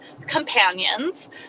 companions